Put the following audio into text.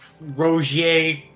Rogier